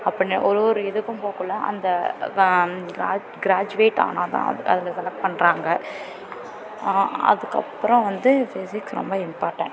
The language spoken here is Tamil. அப்புடின்னு ஒரு ஒரு இதுக்கும் போகக்குள்ள அந்த கிராஜுவேட் ஆனால் தான் அதில் செலெக்ட் பண்ணுறாங்க அ அதுக்கு அப்புறம் வந்து ஃபிஸிக்ஸ் ரொம்ப இம்பார்ட்டண்ட்